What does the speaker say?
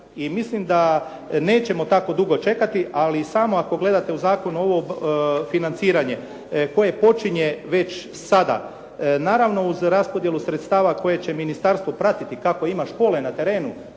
mislim da nećemo tako dugo čekati ali samo ako gledate u zakonu ovo financiranje koje počinje već sada. Naravno uz raspodjelu sredstava koje će ministarstvo pratiti kako ima škole na terenu,